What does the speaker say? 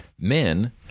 men